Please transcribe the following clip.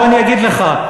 בוא אני אגיד לך,